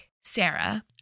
Sarah